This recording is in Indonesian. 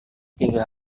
tiga